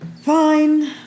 Fine